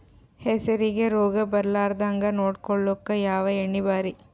ಹೆಸರಿಗಿ ರೋಗ ಬರಲಾರದಂಗ ನೊಡಕೊಳುಕ ಯಾವ ಎಣ್ಣಿ ಭಾರಿ?